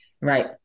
Right